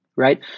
right